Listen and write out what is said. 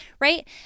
Right